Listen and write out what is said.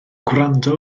gwrando